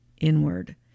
inward